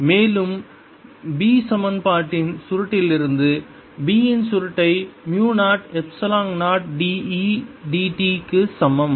மேலும் B சமன்பாட்டின் சுருட்டிலிருந்து B இன் சுருட்டை மு 0 எப்சிலான் 0 dE dt க்கு சமம்